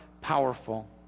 powerful